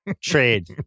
trade